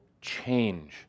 change